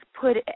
put